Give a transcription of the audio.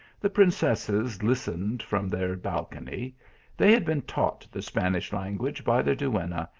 the princesses listened from their balcony they had been taught the spanish language by their duenna,